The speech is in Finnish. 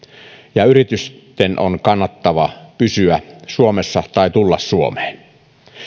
ja yritysten on kannattavaa pysyä suomessa tai tulla suomeen